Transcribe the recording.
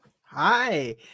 Hi